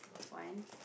one